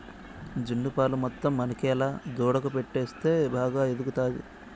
జున్ను పాలు మొత్తం మనకేలా దూడకు పట్టిస్తే బాగా ఎదుగుతాది